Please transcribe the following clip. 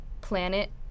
planet